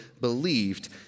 believed